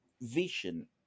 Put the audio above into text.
vision